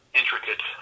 intricate